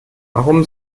warum